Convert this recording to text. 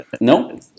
No